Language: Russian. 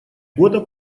года